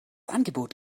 angebot